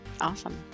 Awesome